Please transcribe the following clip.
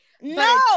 No